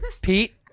Pete